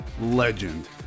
legend